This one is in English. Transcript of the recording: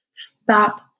Stop